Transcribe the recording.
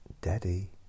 Daddy